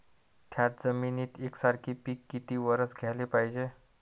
थ्याच जमिनीत यकसारखे पिकं किती वरसं घ्याले पायजे?